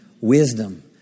wisdom